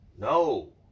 No